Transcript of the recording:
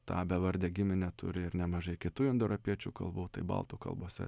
tą bevardę giminę turi ir nemažai kitų indoeuropiečių kalbų tai baltų kalbose